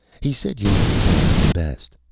he said you might as well have the best.